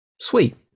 Sweet